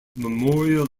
memorial